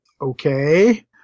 okay